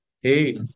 hey